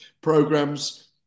programs